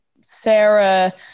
Sarah